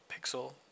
pixel